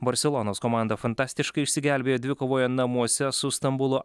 barselonos komanda fantastiškai išsigelbėjo dvikovoje namuose su stambulo